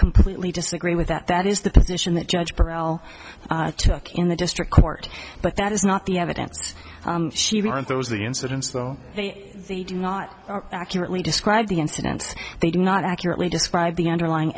completely disagree with that that is the position that judge burrell took in the district court but that is not the evidence she even aren't those the incidents so the do not accurately describe the incidents they do not accurately describe the underlying